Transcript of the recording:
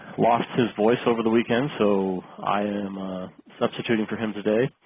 lost his voice over the weekend so i am substituting for him today.